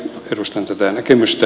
edustan tätä näkemystä